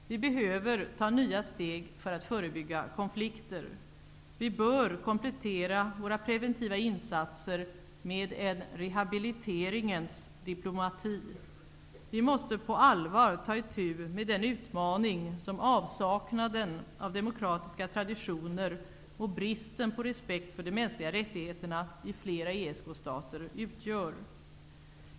Vi behöver ta nya steg för att förebygga konflikter. Vi bör komplettera våra preventiva insatser med en rehabiliteringens diplomati. Vi måste på allvar ta itu med den utmaning som avsaknaden av demokratiska traditioner och bristen på respekt för de mänskliga rättigheterna i flera ESK-stater utgör.